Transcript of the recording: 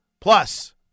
plus